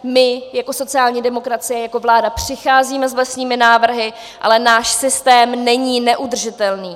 My jako sociální demokracie, jako vláda přicházíme s vlastními návrhy, ale náš systém není neudržitelný.